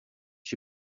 she